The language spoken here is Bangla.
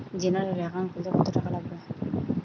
জেনারেল একাউন্ট খুলতে কত টাকা লাগবে?